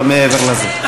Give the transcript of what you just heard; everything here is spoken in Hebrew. לא מעבר לזה.